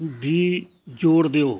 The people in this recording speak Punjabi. ਵੀ ਜੋੜ ਦਿਓ